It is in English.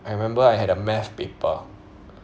I remember I had a math paper